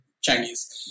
Chinese